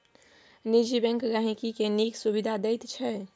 निजी बैंक गांहिकी केँ नीक सुबिधा दैत छै